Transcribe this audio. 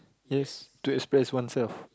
yes to express one's self